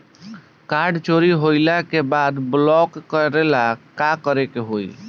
Card चोरी होइला के बाद ब्लॉक करेला का करे के होई?